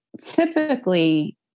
typically